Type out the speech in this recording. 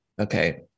Okay